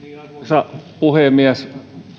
arvoisa puhemies